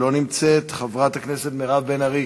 לא נמצאת, חברת הכנסת מירב בן ארי,